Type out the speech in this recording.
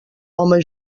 homes